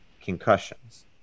concussions